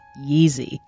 Yeezy